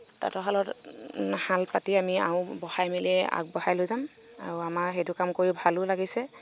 তাঁতৰশালত শাল পাতি আমি আৰু বঢ়াই মেলি আগবঢ়াই লৈ যাম আৰু আমাৰ সেইটো কাম কৰি ভালো লাগিছে